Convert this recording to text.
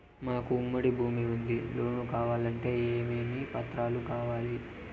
మాకు ఉమ్మడి భూమి ఉంది లోను కావాలంటే ఏమేమి పత్రాలు కావాలి?